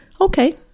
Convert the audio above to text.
Okay